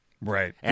Right